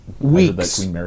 weeks